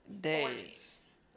days